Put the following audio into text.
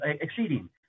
exceeding